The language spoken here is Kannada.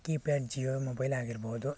ಕೀಪ್ಯಾಡ್ ಜಿಯೋ ಮೊಬೈಲ್ ಆಗಿರ್ಬೋದು